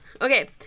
Okay